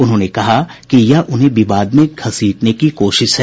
उन्होंने कहा कि यह उन्हें विवाद में घसीटने की कोशिश है